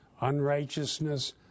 unrighteousness